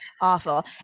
awful